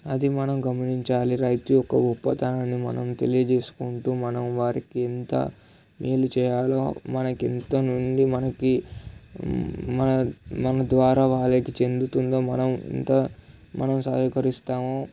అది మనం గమనించాలి రైతు యొక్క గొప్పతనాన్ని మనం తెలియజేసుకుంటూ మనం వారికి ఎంత మేలు చేయాలో మనకి ఎంత నుండి మనకి మనం మన ద్వారా వాళ్ళకి చెందుతుందో మనం ఎంత మనం సహకరిస్తామో